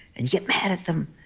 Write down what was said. and you get mad at them